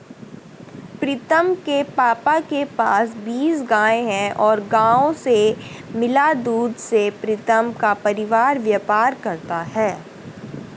प्रीतम के पापा के पास बीस गाय हैं गायों से मिला दूध से प्रीतम का परिवार व्यापार करता है